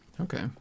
Okay